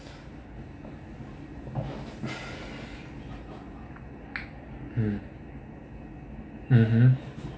mm mmhmm